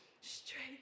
Straight